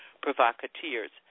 provocateurs